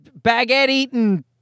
baguette-eating